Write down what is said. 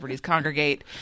congregate